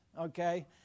okay